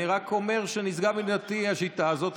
אני רק אומר שנשגבת מבינתי השיטה הזאת.